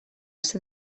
ser